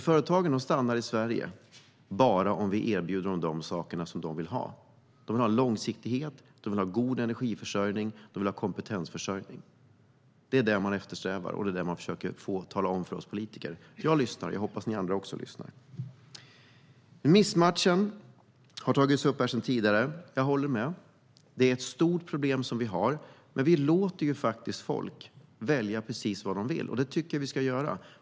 Företagen stannar nämligen bara i Sverige om vi erbjuder dem de saker de vill ha, och de vill ha långsiktighet, god energiförsörjning och kompetensförsörjning. Det är det de eftersträvar, och det är det de försöker tala om för oss politiker. Jag lyssnar, och jag hoppas att ni andra också lyssnar. Missmatchningen har tagits upp här tidigare, och jag håller med om att det är ett stort problem vi har. Vi låter folk välja precis vad de vill, och det tycker jag att vi ska göra.